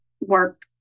work